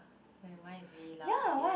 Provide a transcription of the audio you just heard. where mine is really loud okay